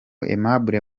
aimable